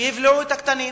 שיבלעו את הקטנים,